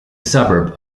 suburb